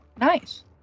Nice